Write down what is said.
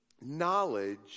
knowledge